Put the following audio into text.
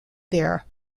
there